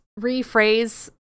rephrase